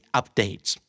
updates